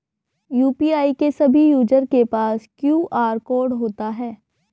UPI के सभी user के पास क्यू.आर कोड होता है